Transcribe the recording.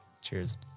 Cheers